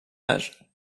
âge